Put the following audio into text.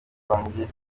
banjye